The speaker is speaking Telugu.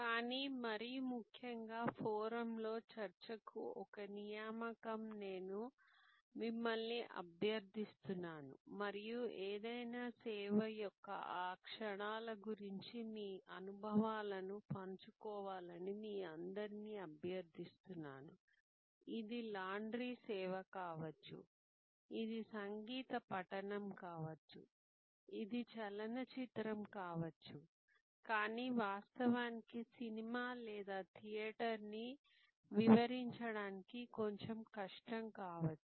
కానీ మరీ ముఖ్యంగా ఫోరమ్లో చర్చకు ఒక నియామకంగా నేను మిమ్మల్ని అభ్యర్థిస్తాను మరియు ఏదైనా సేవ యొక్క ఆ క్షణాల గురించి మీ అనుభవాలను పంచుకోవాలని మీ అందరినీ అభ్యర్థిస్తున్నాను ఇది లాండ్రీ సేవ కావచ్చు ఇది సంగీత పఠనం కావచ్చు ఇది చలనచిత్రం కావచ్చు కానీ వాస్తవానికి సినిమా లేదా థియేటర్ ని వివరించడానికి కొంచెం కష్టం కావచ్చు